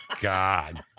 God